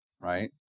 right